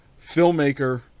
Filmmaker